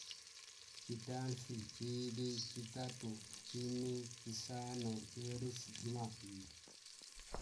Chitamfi, chili. chitatu, chini, chisano, chiwenusi, ijumapili